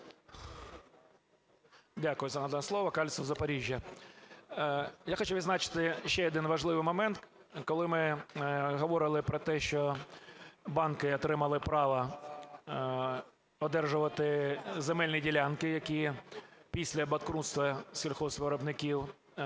Дякую за надане слово. Кальцев, Запоріжжя. Я хочу відзначити ще один важливий момент. Коли ми говорили про те, що банки отримали право одержувати земельні ділянки, які після банкрутства сільгоспвиробників